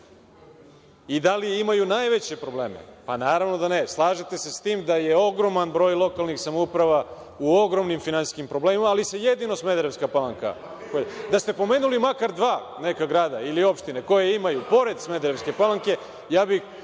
i da li imaju najveće probleme? Pa, naravno da ne. Slažete se sa tim da je ogroman broj lokalnih samouprava u ogromnim finansijskim problemima, ali se jedino Smederevska Palanka pominje. Da ste pomenuli makar dva neka grada ili opštine koje imaju pored Smederevske Palanke, razumeo